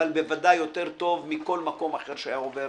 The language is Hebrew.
אבל בוודאי יותר טוב מכל מקום אחר שהיה עובר